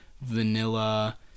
vanilla